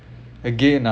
again ah noodles ah